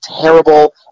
terrible